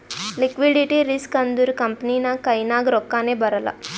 liquidity risk ಅಂದುರ್ company ನಾಗ್ ಕೈನಾಗ್ ರೊಕ್ಕಾನೇ ಬರಲ್ಲ